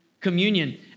communion